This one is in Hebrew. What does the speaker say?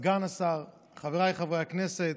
סגן השר, חבריי חברי הכנסת,